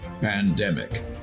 pandemic